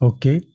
Okay